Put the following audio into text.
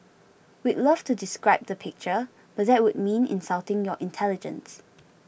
we'd love to describe the picture but that would mean insulting your intelligence